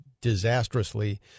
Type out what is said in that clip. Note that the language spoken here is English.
disastrously